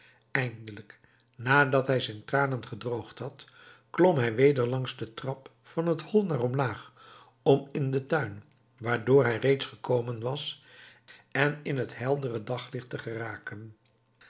eindelijk nadat hij zijn tranen gedroogd had klom hij weer langs den trap van het hol naar omlaag om in den tuin waardoor hij reeds gekomen was en in het heldere daglicht te geraken